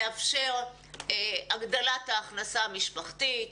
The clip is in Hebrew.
נאפשר הגדלת ההכנסה המשפחתית,